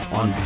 on